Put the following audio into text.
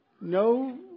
No